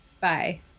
Bye